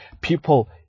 people